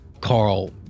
Carl